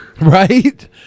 right